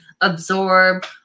absorb